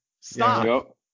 Stop